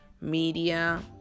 media